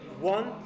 one